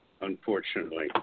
unfortunately